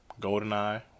GoldenEye